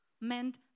meant